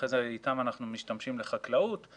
תסביר לנו מה אתם רוצים בתקנות האלה.